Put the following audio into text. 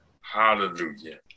Hallelujah